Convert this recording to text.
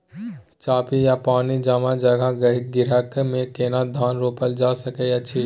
चापि या पानी जमा जगह, गहिरका मे केना धान रोपल जा सकै अछि?